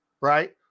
right